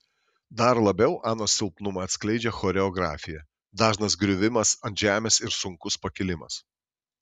dar labiau anos silpnumą atskleidžia choreografija dažnas griuvimas ant žemės ir sunkus pakilimas